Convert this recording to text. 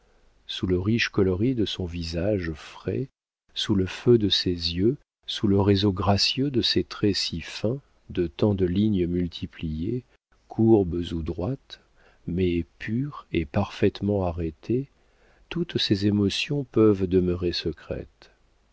sous le riche coloris de son visage frais sous le feu de ses yeux sous le réseau gracieux de ses traits si fins de tant de lignes multipliées courbes ou droites mais pures et parfaitement arrêtées toutes ses émotions peuvent demeurer secrètes